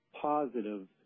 positive